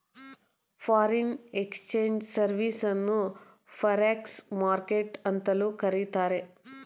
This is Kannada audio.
ಫಾರಿನ್ ಎಕ್ಸ್ಚೇಂಜ್ ಸರ್ವಿಸ್ ಅನ್ನು ಫಾರ್ಎಕ್ಸ್ ಮಾರ್ಕೆಟ್ ಅಂತಲೂ ಕರಿತಾರೆ